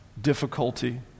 difficulty